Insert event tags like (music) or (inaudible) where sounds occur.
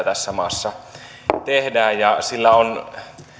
(unintelligible) tässä maassa tehdään ja sillä on